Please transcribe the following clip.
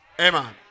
Amen